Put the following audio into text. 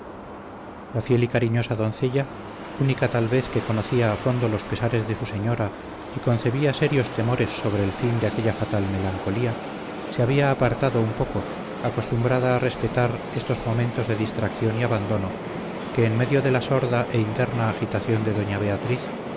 la fiel y cariñosa doncella única tal vez que conocía a fondo los pesares de su señora y concebía serios temores sobre el fin de aquella fatal melancolía se había apartado un poco acostumbrada a respetar estos momentos de distracción y abandono que en medio de la sorda e interna agitación de doña beatriz